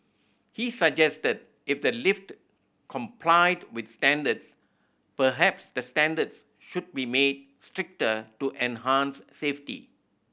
he suggested that if the lift complied with standards perhaps the standards should be made stricter to enhance safety